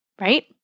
Right